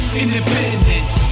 independent